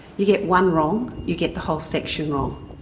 you get one wrong, you get the whole section wrong.